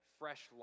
fresh